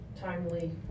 timely